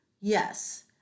Yes